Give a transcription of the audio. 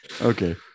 okay